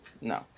No